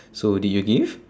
so did you give